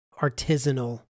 artisanal